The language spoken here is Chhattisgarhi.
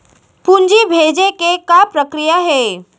पूंजी भेजे के का प्रक्रिया हे?